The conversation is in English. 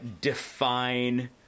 define